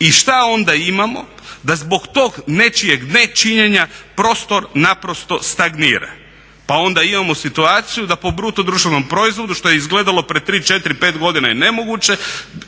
I šta onda imamo da zbog tog nečijeg ne činjenja prostor naprosto stagnira. Pa onda imamo situaciju da po BDP-u što je izgledalo prije 3, 4, 5 godina nemoguće,